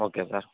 okay sir